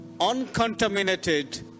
uncontaminated